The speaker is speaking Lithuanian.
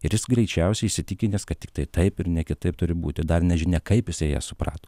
ir jis greičiausiai įsitikinęs kad tiktai taip ir ne kitaip turi būti dar nežinia kaip jisai ją suprato